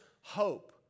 hope